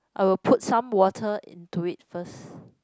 I will put some water into it first